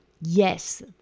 yes